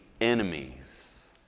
enemies